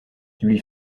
lui